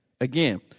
Again